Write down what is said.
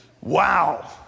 Wow